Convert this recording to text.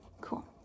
cool